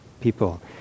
people